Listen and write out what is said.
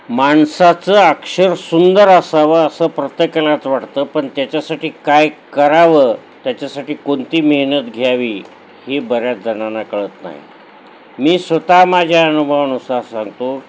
माणसाचं अक्षर सुंदर असावं असं प्रत्येकालाच वाटतं पण त्याच्यासाठी काय करावं त्याच्यासाठी कोणती मेहनत घ्यावी ही बऱ्याच जणांना कळत नाही मी स्वतः माझ्या अनुभवानुसार सांगतो